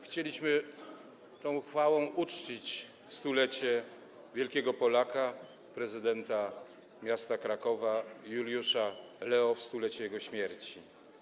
Chcieliśmy tą uchwałą uczcić wielkiego Polaka, prezydenta miasta Krakowa Juliusza Lea w 100-lecie jego śmierci.